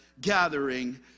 gathering